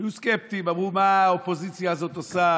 היו סקפטיים, אמרו: מה האופוזיציה הזאת עושה?